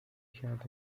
کرده